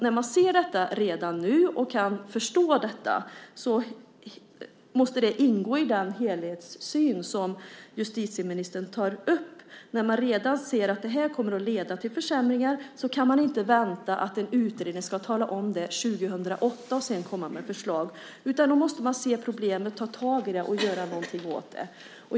När man ser detta redan nu och kan förstå det så måste det ingå i den helhetssyn som justitieministern tar upp. Man ser ju redan att det här kommer att leda till försämringar. Då kan man inte vänta på att en utredning ska tala om det 2008 och sedan komma med förslag. Man måste se problemet, ta tag i det och göra någonting åt det.